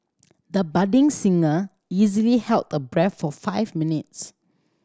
the budding singer easily held the breath for five minutes